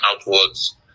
outwards